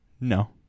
No